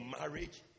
marriage